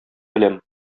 беләм